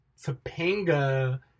Topanga